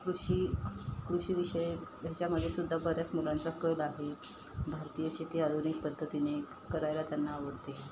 कृषी कृषीविषय ह्याच्यामध्ये सुद्धा बऱ्याच मुलांचा कल आहे भारतीय शेती आधुनिक पद्धतीने करायला त्यांना आवडते